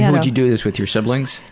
and did you do this with your siblings?